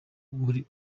buri